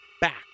Back